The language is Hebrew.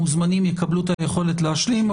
מוזמנים יקבלו את היכולת להשלים.